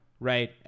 right